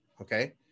Okay